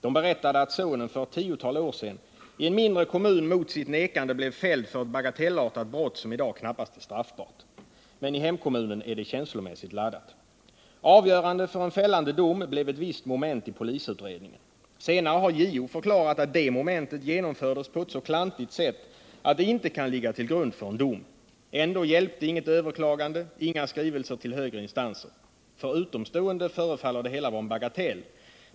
De berättade att sonen för ett tiotal år sedan i en mindre kommun mot sitt nekande blev fälld för ett bagatellartat brott som i dag knappast är straffbart. Men i hemkommunen är det känslomässigt laddat. Avgörande för en fällande dom blev ett visst moment i polisutredningen. Senare har JO förklarat att det momentet genomfördes på ett så klantigt sätt att det inte kan ligga till grund för en dom. Ändå hjälpte inget överklagande, inga skrivelser till högre instanser. För utomstående förefaller det hela vara en bagatell.